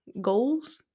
goals